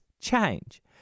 change